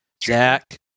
Jack